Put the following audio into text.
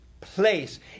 place